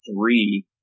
three